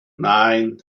nein